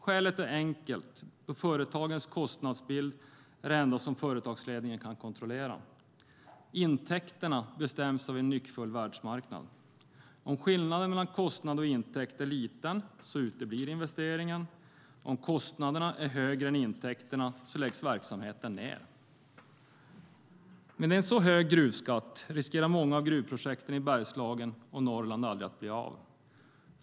Skälet är helt enkelt att företagets kostnadsbild är det enda som företagsledningen kan kontrollera. Intäkterna bestäms av en nyckfull världsmarknad. Om skillnaden mellan kostnad och intäkt är liten uteblir investeringen. Om kostnaderna är högre än intäkterna läggs verksamheten ned. Med en så hög gruvskatt riskerar många av gruvprojekten i Bergslagen och Norrland att aldrig bli av.